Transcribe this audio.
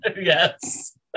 Yes